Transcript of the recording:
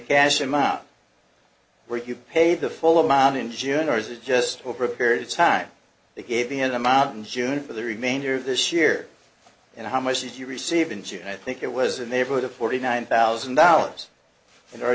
amount where you pay the full amount in june or is it just over a period of time they gave me an amount in june for the remainder of this year and how much did you receive in june i think it was a neighborhood of forty nine thousand dollars and are